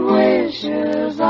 wishes